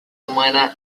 humana